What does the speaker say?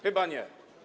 Chyba nie.